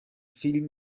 فیلم